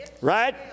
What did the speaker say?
right